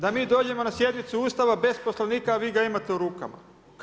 Da mi dođemo na sjednicu Ustava bez Poslovnika, a vi ga imate u rukama.